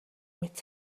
мэт